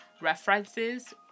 references